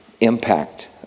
impact